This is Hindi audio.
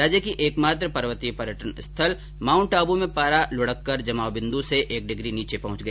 राज्य की एकमात्र पर्वतीय पर्यटन स्थल माउंट आबू में पारा लुढककर जमाव बिन्दु से एक डिग्री नीचे पहुंच गया